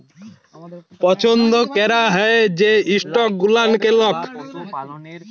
পছল্দ ক্যরা হ্যয় যে ইস্টক গুলানকে লক